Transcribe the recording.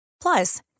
Plus